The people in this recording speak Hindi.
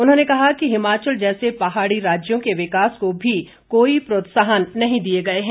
उन्होंने कहा कि हिमाचल जैसे पहाड़ी राज्यों के विकास को भी कोई प्रोत्साहन नहीं दिए गए हैं